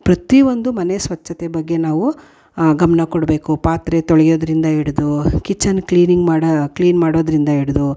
ಪ್ರತೀ ಒಂದು ಮನೆ ಸ್ವಚ್ಛತೆ ಬಗ್ಗೆ ನಾವು ಗಮನ ಕೊಡಬೇಕು ಪಾತ್ರೆ ತೊಳೆಯೋದ್ರಿಂದ ಹಿಡ್ದು ಕಿಚನ್ ಕ್ಲೀನಿಂಗ್ ಮಾಡೋ ಕ್ಲೀನ್ ಮಾಡೋದರಿಂದ ಹಿಡ್ದು